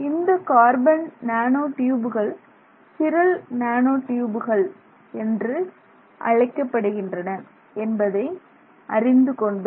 இந்த carbon nano ட்யூபுகள் chiral nano ட்யூபுகள் என்று அழைக்கப்படுகின்றன என்பதை அறிந்து கொண்டோம்